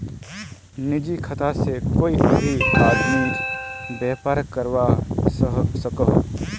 निजी खाता से कोए भी आदमी व्यापार करवा सकोहो